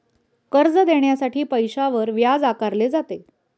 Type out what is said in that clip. कर्ज देण्यासाठी पैशावर व्याज आकारले जाते